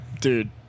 Dude